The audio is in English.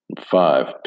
five